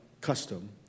custom